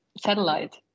satellite